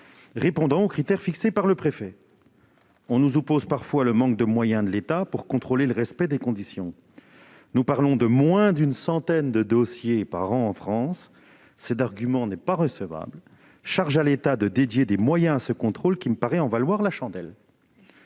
répondant aux critères fixés par le préfet. On nous oppose parfois le manque de moyens de l'État pour contrôler le respect des conditions, mais nous parlons de moins d'une centaine de dossiers par an en France. Cet argument n'est pas recevable : charge à l'État de dédier des moyens à ce contrôle. Il me semble que le jeu en vaut la chandelle.